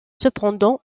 cependant